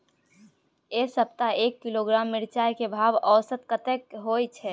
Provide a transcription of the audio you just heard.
ऐ सप्ताह एक किलोग्राम मिर्चाय के भाव औसत कतेक होय छै?